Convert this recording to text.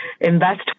Invest